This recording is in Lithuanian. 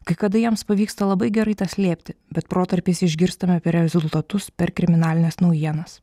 kai kada jiems pavyksta labai gerai tą slėpti bet protarpiais išgirstame apie rezultatus per kriminalines naujienas